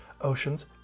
oceans